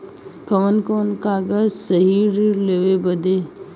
कवन कवन कागज चाही ऋण लेवे बदे?